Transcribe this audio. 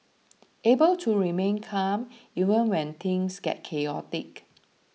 able to remain calm even when things get chaotic